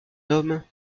homme